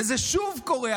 וזה שוב קורה.